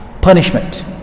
punishment